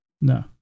No